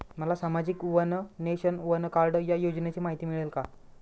मला सामाजिक one nation, one card या योजनेची माहिती मिळेल का?